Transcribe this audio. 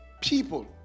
people